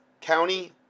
County